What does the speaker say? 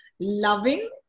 Loving